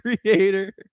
creator